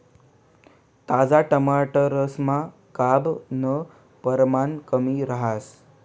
ताजा टमाटरसमा कार्ब नं परमाण कमी रहास